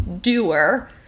doer